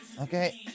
Okay